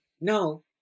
no